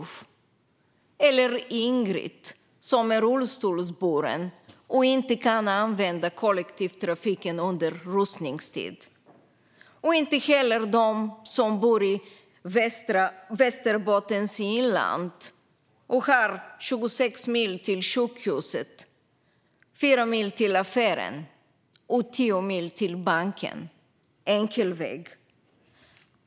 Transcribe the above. Det är inte heller Ingrid som är rullstolsburen och inte kan använda kollektivtrafiken under rusningstid eller de som bor i Västerbottens inland och har 26 mil till sjukhuset, 4 mil till affären och 10 mil till banken, enkel väg.